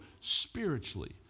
spiritually